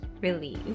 release